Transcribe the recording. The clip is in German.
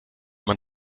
man